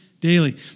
daily